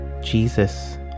Jesus